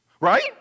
Right